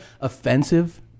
offensive